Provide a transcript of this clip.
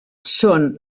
són